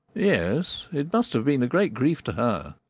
yes, it must have been a great grief to her.